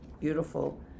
beautiful